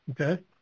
Okay